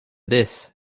this